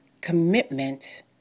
Commitment